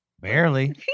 barely